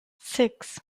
six